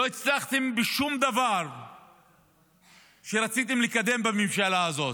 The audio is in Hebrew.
לא הצלחתם בשום דבר שרציתם לקדם בממשלה הזאת.